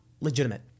legitimate